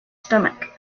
stomach